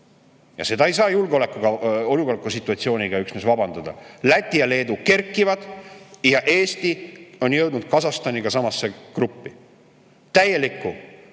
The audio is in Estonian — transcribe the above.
Ja seda ei saa üksnes julgeolekusituatsiooniga vabandada. Läti ja Leedu kerkivad ja Eesti on jõudnud Kasahstaniga samasse gruppi! Täieliku